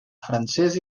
francès